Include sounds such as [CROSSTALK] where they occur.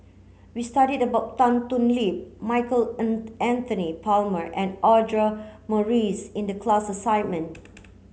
we studied about Tan Thoon Lip Michael [UNINTELLIGIBLE] Anthony Palmer and Audra Morrice in the class assignment